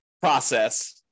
process